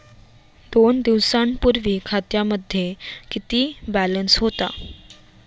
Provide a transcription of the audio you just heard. दोन दिवसांपूर्वी खात्यामध्ये किती बॅलन्स होता?